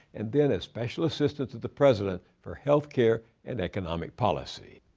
and then as special assistant to the president for healthcare and economic policy.